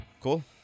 Cool